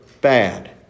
bad